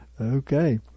Okay